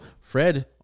Fred